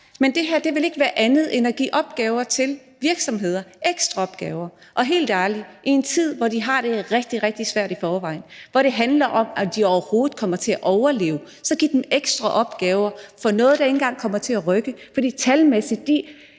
men det her vil ikke andet end give ekstra opgaver til virksomheder, og helt ærligt, i en tid, hvor de har det rigtig, rigtig svært i forvejen, og hvor det handler om, om de overhovedet kommer til at overleve, skal vi ikke give dem ekstra opgaver med noget, der ikke engang kommer til at rykke, for talmæssigt i